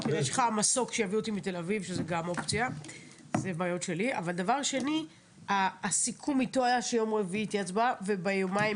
09:00. הסיכום איתו היה שביום רביעי תהיה הצבעה --- לא.